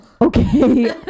okay